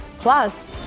plus,